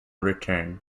return